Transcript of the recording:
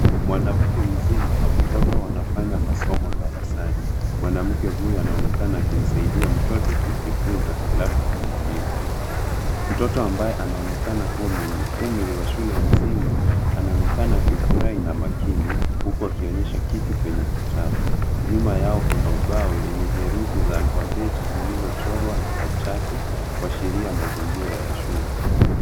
Mwanamke mzima na mtoto wanafanya masomo darasani. Mwanamke huyu anaonekana akimsaidia mtoto kujifunza labda ni mwalimu. Mtoto ambaye anaonekana mwenye umri wa shule ya msingi, anaonekana akifurahi na makini huku akionyesha kitu kwenye kitabu. Nyuma yao kuna ubao wenye herufi za alfabeti zilizochorwa Kwa chaki kuashiria mazingira ya shule.